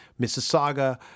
Mississauga